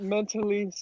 Mentally